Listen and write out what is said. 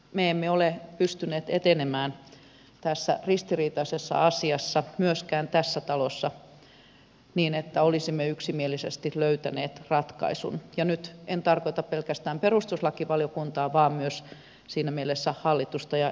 me emme ole pystyneet etenemään tässä ristiriitaisessa asiassa myöskään tässä talossa niin että olisimme yksimielisesti löytäneet ratkaisun ja nyt en tarkoita pelkästään perustuslakivaliokuntaa vaan siinä mielessä myös hallitusta ja eduskuntaa yhdessä